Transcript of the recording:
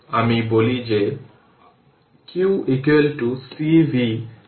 তাই ধরে নিই যে t 0 সময়ে আমরা ধরে নিই যে ইন্ডাক্টরের একটি ইনিশিয়াল কারেন্ট I0 আছে